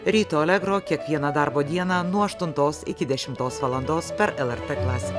ryto allegro kiekvieną darbo dieną nuo aštuntos iki dešimtos valandos per lrt klasiką